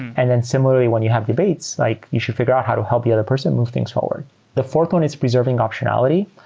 and then similarly when you have debates, like you should figure out how to help your person move things forward the fourth one is preserving optionality.